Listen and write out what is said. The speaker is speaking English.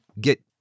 get